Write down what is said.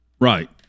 right